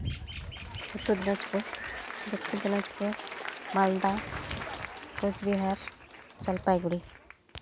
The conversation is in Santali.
ᱩᱛᱛᱚᱨ ᱫᱤᱱᱟᱡᱯᱩᱨ ᱫᱚᱠᱠᱷᱤᱱ ᱫᱤᱱᱟᱡᱯᱩᱨ ᱢᱟᱞᱫᱟ ᱠᱳᱪᱵᱤᱦᱟᱨ ᱡᱚᱞᱯᱟᱭᱜᱩᱲᱤ